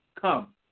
come